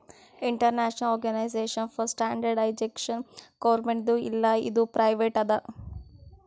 international organisation for standardisation ಗೌರ್ಮೆಂಟ್ದು ಇಲ್ಲ ಇದು ಪ್ರೈವೇಟ್ ಅದಾ